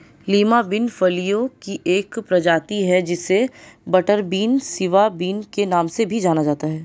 Lima bean फलियों की एक प्रजाति है जिसे बटरबीन, सिवा बिन के नाम से भी जाना जाता है